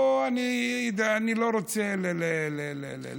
פה אני לא רוצה להכליל,